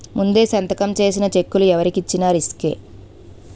ముందే సంతకం చేసిన చెక్కులు ఎవరికి ఇచ్చిన రిసుకే